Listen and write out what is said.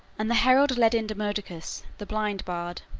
and the herald led in demodocus, the blind bard.